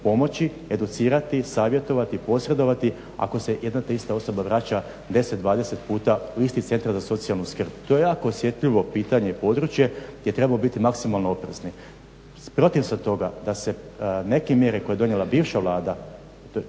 pomoći, educirati, savjetovati, posredovati ako se jedna te ista osoba vraća 10, 20 puta u isti centar za socijalnu skrb. To je jako osjetljivo pitanje područje gdje treba biti maksimalno oprezan. Protiv sam toga da se neke mjere koje je donijela bivša vlada,